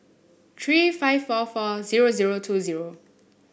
three five four four zero zero two zero